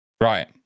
Right